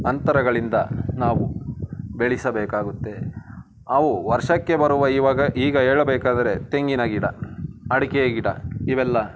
ಅಂತರಗಳಿಂದ ನಾವು ಬೆಳೆಸಬೇಕಾಗುತ್ತೆ ಅವು ವರ್ಷಕ್ಕೆ ಬರುವ ಇವಾಗ ಈಗ ಹೇಳಬೇಕಾದರೆ ತೆಂಗಿನ ಗಿಡ ಅಡಿಕೆ ಗಿಡ ಇವೆಲ್ಲ